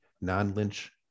non-Lynch